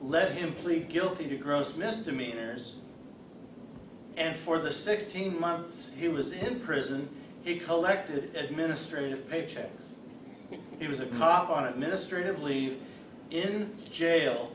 let him plead guilty to gross misdemeanor years and for the sixteen months he was in prison he collected administrative pay check he was a cop on administrative leave in jail